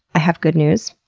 i have good news,